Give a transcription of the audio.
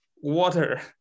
water